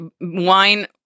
Wine